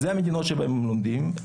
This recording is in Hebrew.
אלו המדינות שבהם הם לומדים.